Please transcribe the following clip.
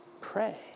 Pray